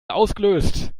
ausgelöst